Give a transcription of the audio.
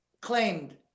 claimed